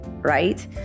right